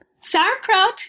Sauerkraut